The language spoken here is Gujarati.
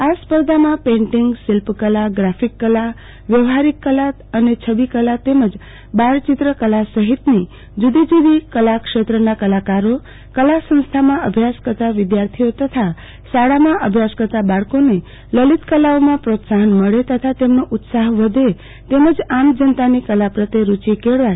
આ સ્પર્ધામાં પેઈન્ટાંગ શિલ્પ કલા ગ્રાફીક કલા વ્યવહારીક કલા અને છબો કલા તેમજ બાળચિત્ર કલા સહિતની જુદી જુદી કલા ક્ષેત્રના કલાકારો કલા સંસ્થામાં અભ્યાસ કરતાં વિદ્યાર્થિ ઓ તથા શાળામાં અભ્યાસ કરતાં બાળકોને લલિતકલાઓમાં પ્રોત્સાહન મળે તથા તેમનો ઉત્સાહ વધે તેમજ આમ જનતાની કલા પ્રત્યે રૂચિ કેળવાય